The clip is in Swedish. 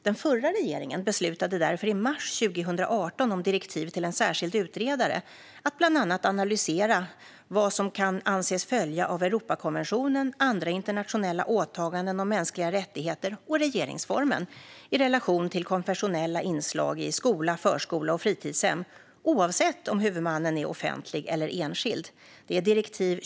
Den förra regeringen beslutade därför i mars 2018 om direktiv till en särskild utredare att bland annat analysera vad som kan anses följa av Europakonventionen, andra internationella åtaganden om mänskliga rättigheter samt regeringsformen i relation till konfessionella inslag i skola, förskola och fritidshem, oavsett om huvudmannen är offentlig eller enskild .